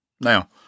Now